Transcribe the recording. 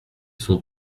sont